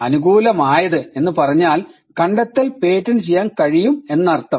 അനുകൂലമായത് എന്ന് പറഞ്ഞാൽ കണ്ടെത്തൽ പേറ്റന്റ് ചെയ്യാൻ കഴിയും എന്നർത്ഥം